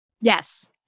Yes